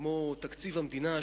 כמו תקציב המדינה,